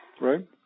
Right